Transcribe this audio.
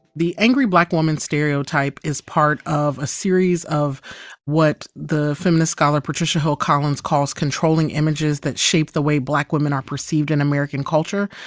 the angry black woman stereotype is part of a series of what the feminist scholar patricia hill collins calls controlling images that shape the way black women are perceived in american culture.